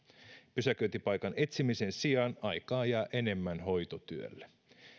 pysäköintipaikan etsimisen sijaan aikaa jää enemmän hoitotyölle